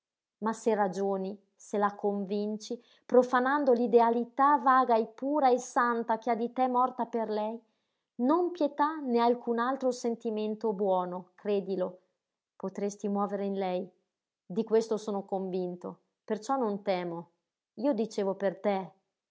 se ragioni se la convinci profanando l'idealità vaga e pura e santa che ha di te morta per lei non pietà né alcun altro sentimento buono credilo potresti muovere in lei di questo sono convinto perciò non temo io dicevo per te